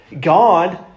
God